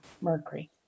mercury